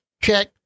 Check